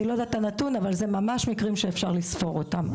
אני לא יודעת את הנתון אבל זה ממש מקרים שאפשר לספור אותם.